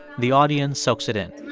the audience soaks it in